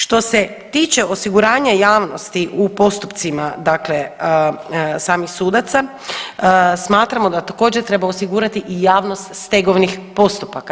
Što se tiče osiguranja javnosti u postupcima, dakle samih sudaca smatramo da također treba osigurati i javnost stegovnih postupaka.